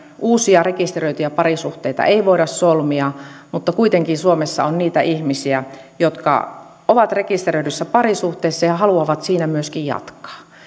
uusia rekisteröityjä parisuhteita ei voida solmia mutta kuitenkin suomessa on niitä ihmisiä jotka ovat rekisteröidyssä parisuhteessa ja haluavat siinä myöskin jatkaa